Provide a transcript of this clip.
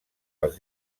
els